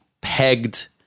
pegged